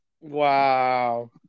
Wow